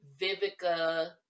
Vivica